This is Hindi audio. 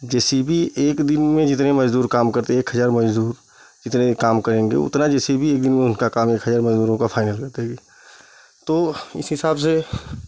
जे सी बी एक दिन में जितने मज़दूर काम करते हैं एक हज़ार मज़दूर जितने काम करेंगे उतना जे सी बी एक दिन में उनका काम एक हज़ार मज़दूरों का फ़ाइनल करते तो इस हिसाब से